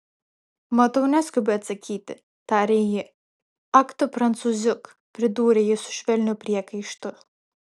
matau neskubi atsakyti tarė ji ak tu prancūziuk pridūrė ji su švelniu priekaištu